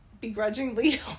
begrudgingly